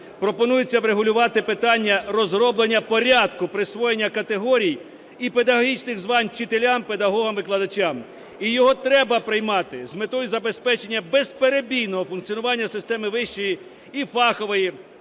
пропонується врегулювати питання розроблення порядку присвоєння категорій і педагогічних звань вчителям, педагогам, викладачам. І його треба приймати з метою забезпечення безперебійного функціонування системи вищої і фахової передвищої